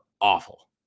awful